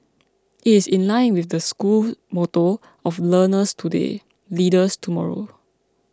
it is in line with the school motto of learners today leaders tomorrow